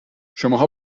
شماها